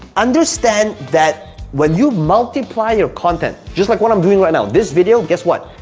understand that when you multiply your content, just like what i'm doing right now, this video, guess what?